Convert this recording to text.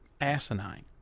asinine